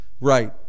Right